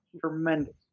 Tremendous